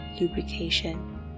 lubrication